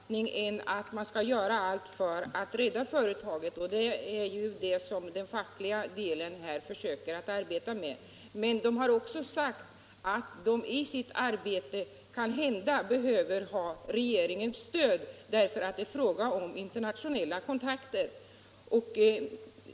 Herr talman! Jag har inte någon annan uppfattning än att man skall göra allt för att rädda företaget, och det är också det som fackets företrädare försöker arbeta med. Men de har sagt att de i sitt arbete kanhända behöver ha regeringens stöd, eftersom det är fråga om internationella kontakter.